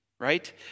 right